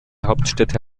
hauptstädte